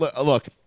look